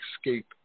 escape